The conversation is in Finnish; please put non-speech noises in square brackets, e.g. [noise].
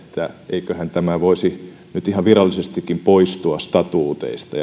eiköhän tämä voisi nyt ihan virallisestikin poistua statuuteista [unintelligible]